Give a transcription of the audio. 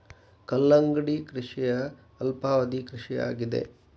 ಕಲ್ಲಂಗಡಿ ಕೃಷಿಯ ಅಲ್ಪಾವಧಿ ಕೃಷಿ ಆಗಿದೆ